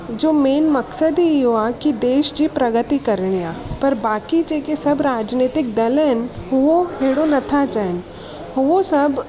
जो मेन मक़्सदु ई इहो आहे की देश जी प्रगति करणी आहे पर बाक़ी जेके सभु राजनैतिक दल आहिनि उहे अहिड़ो नथा चाहिनि उहे सभु